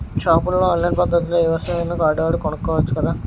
షాపుల్లో ఆన్లైన్ పద్దతిలో ఏ వస్తువునైనా కార్డువాడి కొనుక్కోవచ్చు చూడండి